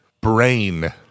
brain